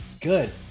Good